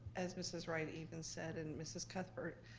as mrs. wright even said and mrs. cuthbert,